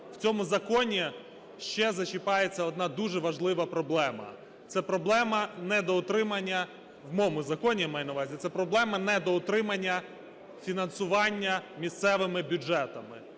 в цьому законі ще зачіпається одна дуже важлива проблема. Це проблема недоотримання… В моєму законі я маю на увазі. Це проблема недоотримання фінансування місцевими бюджетами.